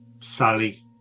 Sally